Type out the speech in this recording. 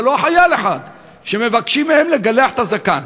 זה לא חייל אחד שמבקשים מהם לגלח את הזקן.